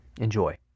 Enjoy